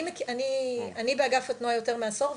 אני מאגף התנועה יותר מעשור,